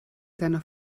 seiner